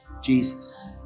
jesus